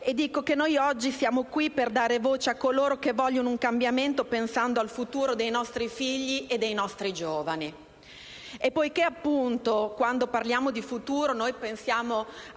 e dico che noi siamo qui per dare voce a chi vuole un cambiamento pensando al futuro dei nostri figli e dei nostri giovani. Poiché appunto, quando parliamo di futuro, pensiamo